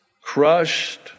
crushed